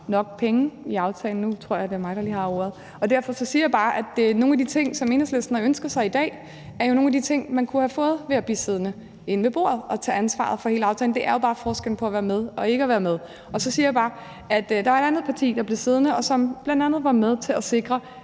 nok penge i aftalen – nu tror jeg, det er mig, der lige har ordet. Og derfor siger jeg bare, at nogle af de ting, som Enhedslisten har ønsket sig i dag, jo er nogle af de ting, man kunne have fået ved at blive siddende inde ved bordet og tage ansvar for hele aftalen. Det er jo bare forskellen på at være med og ikke at være med. Så siger jeg bare, at der er et andet parti, der blev siddende, og som bl.a. var med til at sikre